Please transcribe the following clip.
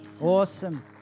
Awesome